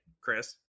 Chris